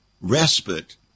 respite